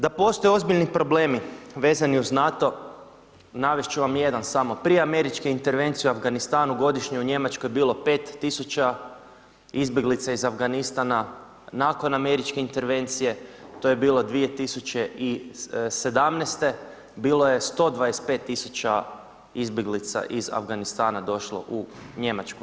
Da postoje ozbiljni problemi vezani uz NATO navest ću vam jedan samo, prije američke intervencije u Afganistanu godišnje u Njemačkoj je bilo 5.000 izbjeglica iz Afganistana, nakon američke intervencije to je bilo 2017. bilo je 125.000 izbjeglica iz Afganistana došlo u Njemačku.